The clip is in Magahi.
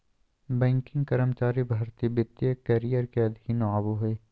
बैंकिंग कर्मचारी भर्ती वित्तीय करियर के अधीन आबो हय